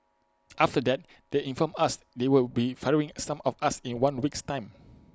after that they informed us they would be firing some of us in one week's time